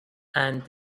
and